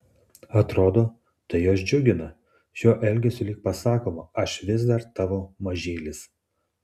atrodo tai juos džiugina šiuo elgesiu lyg pasakoma aš vis dar tavo mažylis